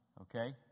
Okay